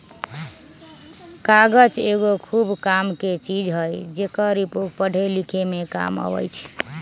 कागज एगो खूब कामके चीज हइ जेकर उपयोग पढ़े लिखे में काम अबइ छइ